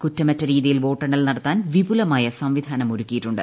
കുറ്റമറ്റ രീതിയിൽ വോട്ടെണ്ണൽ നടത്താൻ വിപുലമായ സംവിധാനം ഒരുക്കിയിട്ടുണ്ട്